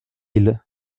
isle